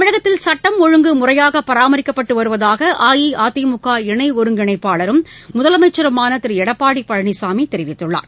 தமிழகத்தில் சுட்டம் ஒழுங்கு முறையாக பராமரிக்கப்பட்டு வருவதாக அஇஅதிமுக இண ஒருங்கிணைப்பாளரும் முதலமைச்சருமான திரு எடப்பாடி பழனிசாமி தெரிவித்துள்ளார்